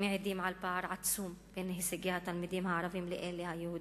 מעידים על פער עצום בין הישגי התלמידים הערבים לאלה היהודים,